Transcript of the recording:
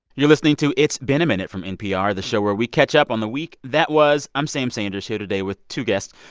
you're listening to it's been a minute from npr, the show where we catch up on the week that was. i'm sam sanders here today with two guests,